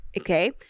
Okay